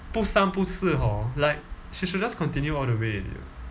不三不四 hor like she should just continue all the way already